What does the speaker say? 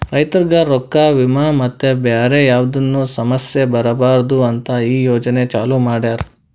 ರೈತುರಿಗ್ ರೊಕ್ಕಾ, ವಿಮಾ ಮತ್ತ ಬ್ಯಾರೆ ಯಾವದ್ನು ಸಮಸ್ಯ ಬರಬಾರದು ಅಂತ್ ಈ ಯೋಜನೆ ಚಾಲೂ ಮಾಡ್ಯಾರ್